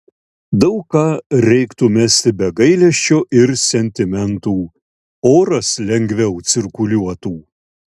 daug ką reiktų mesti be gailesčio ir sentimentų oras lengviau cirkuliuotų